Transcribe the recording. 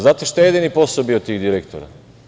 Znate šta je jedini posao bih tih direktora?